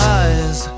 eyes